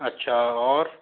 अच्छा और